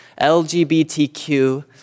LGBTQ